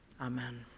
Amen